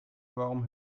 warum